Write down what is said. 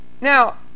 Now